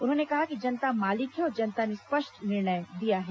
उन्होंने कहा कि जनता मालिक है और जनता ने स्पष्ट निर्णय दिया है